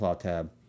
tab